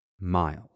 miles